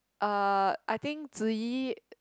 uh I think Zi-Yi